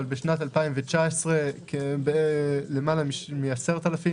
אבל בשנת 2019 למעלה מ-10,000,